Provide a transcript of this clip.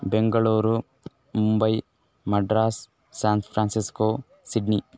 Bengaluru Mumbai Madras San Francisco Sydney